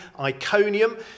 Iconium